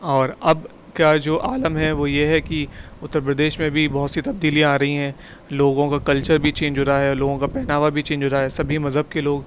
اور اب کا جو عالم ہے وہ یہ ہے کہ اتر پردیش میں بھی بہت سی تبدیلیاں آ رہی ہیں لوگوں کا کلچر بھی چینج ہو رہا ہے لوگوں کا پہناوا بھی چینج ہو رہا ہے سبھی مذہب کے لوگ